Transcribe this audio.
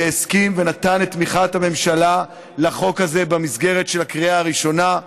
שהסכים ונתן את תמיכת הממשלה לחוק הזה במסגרת של הקריאה הראשונה,